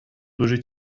дуже